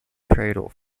cradle